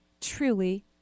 truly